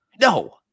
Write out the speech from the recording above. No